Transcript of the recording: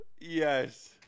Yes